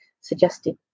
suggested